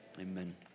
amen